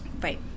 right